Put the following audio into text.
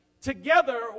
Together